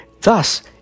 Thus